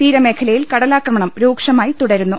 തീരമേഖലയിൽ കടലാക്രമണം രൂക്ഷമായ്ടി തുടരുന്നു